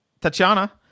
Tatiana